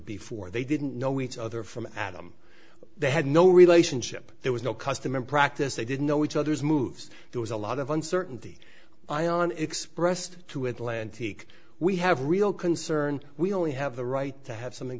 before they didn't know each other from adam they had no relationship there was no custom in practice they didn't know each other's moves there was a lot of uncertainty ion expressed to atlantic we have real concern we only have the right to have something